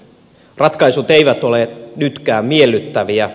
ratkaisut eivät ole nytkään miellyttäviä